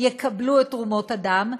יקבלו את תרומות הדם,